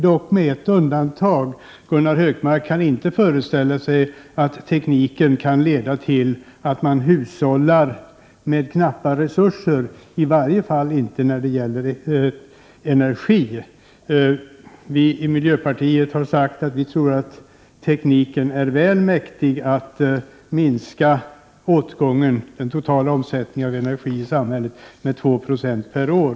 Det finns dock ett undantag - Gunnar Hökmark kan inte föreställa sig en teknik som leder till att man hushållar med knappa resurser, i varje fall inte när det gäller energi. Vi i miljöpartiet tror att tekniken är väl mäktig att minska den totala omsättningen av energi i samhället med 2 26 per år.